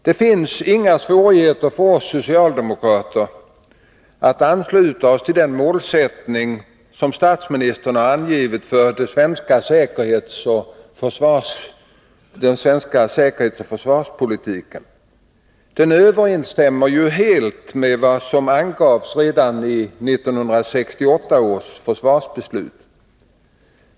Det finns inga svårigheter för oss socialdemokrater att ansluta oss till den målsättning som statsministern angivit för den svenska säkerhetsoch försvarspolitiken. Den överensstämmer ju helt med vad som angavs redan i 1968 års försvarsbeslut.